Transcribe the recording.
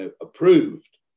approved